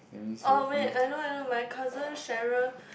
oh wait I know I know my cousin Sharon